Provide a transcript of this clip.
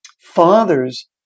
fathers